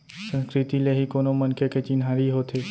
संस्कृति ले ही कोनो मनखे के चिन्हारी होथे